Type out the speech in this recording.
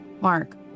Mark